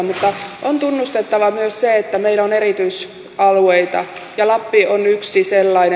mutta on tunnustettava myös se että meillä on erityisalueita ja lappi on yksi sellainen